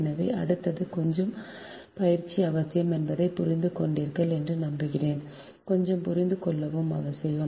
எனவே அடுத்தது கொஞ்சம் பயிற்சி அவசியம் என்பதை புரிந்து கொண்டீர்கள் என்று நம்புகிறேன் கொஞ்சம் புரிந்து கொள்வதும் அவசியம்